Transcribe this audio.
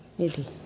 ఏంటి